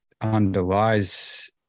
underlies